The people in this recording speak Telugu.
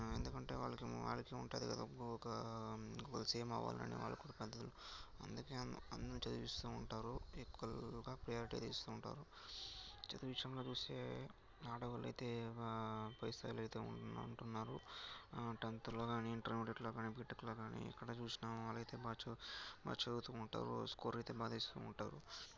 ఎందుకంటే వాళ్ళకేమో వాళ్ళకి ఉంటుంది కదా ఒక సీఎం అవ్వాలని వాళ్ళకి అందుకే అంద అందరినీ చదివిస్తూ ఉంటారు ఈక్వల్గా ప్రియారిటీ అయితే ఇస్తూ ఉంటారు చదువు విషయంలో చూస్తే ఆడవాళ్ళైతే పై స్థాయిలో అయితే ఉంటున్నారు టెంత్లో కానీ ఇంటెర్మీడియేట్లో కానీ బీటెక్లో కానీ ఎక్కడ చూసినా వాళ్ళయితే బాగా చదు బాగా చదువుతు ఉంటారు స్కోరైతే బాగా తెస్తు ఉంటారు